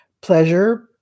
Pleasure